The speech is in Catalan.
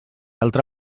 altra